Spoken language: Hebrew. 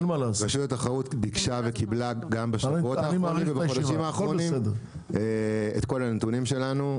רשות התחרות ביקשה וגם קיבלה בחודשים האחרונים את כל הנתונים שלנו,